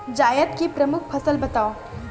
जायद की प्रमुख फसल बताओ